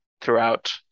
throughout